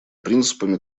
принципами